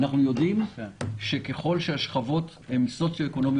אנחנו יודעים שככל שהשכבות הן במעמד סוציו-אקונומי